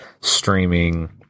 streaming